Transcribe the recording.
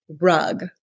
RUG